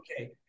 okay